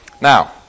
Now